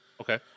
Okay